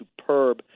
superb